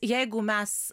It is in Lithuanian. jeigu mes